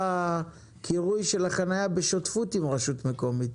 הקירוי של החנייה בשותפות עם רשות מקומית.